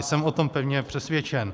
Jsem o tom pevně přesvědčen.